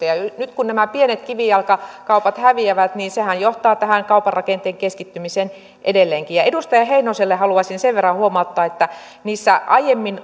ja nyt kun nämä pienet kivijalkakaupat häviävät niin sehän johtaa tähän kaupan rakenteen keskittymiseen edelleenkin edustaja heinoselle haluaisin sen verran huomauttaa että niissä aiemmin